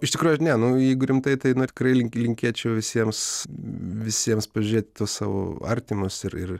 iš tikrųjų ne nu jeigu rimtai tai tikrai link linkėčiau visiems visiems pažiūrėt į tuos savo artimus ir ir